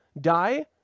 die